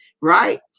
right